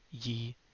ye